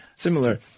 Similar